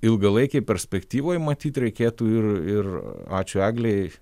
ilgalaikėj perspektyvoj matyt reikėtų ir ir ačiū eglei